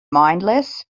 mindless